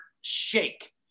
shake